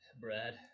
Brad